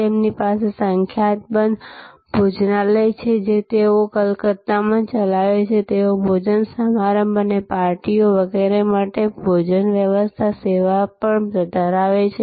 તેમની પાસે સંખ્યાબંધ ભોજનાલય છે જે તેઓ કલકત્તામાં ચલાવે છેતેઓ ભોજન સમારંભ અને પાર્ટીઓ વગેરે માટે ભોજન વ્યવસ્થા સેવા પણ ધરાવે છે